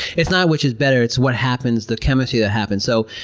it's not which is better, it's what happens the chemistry that happens. so,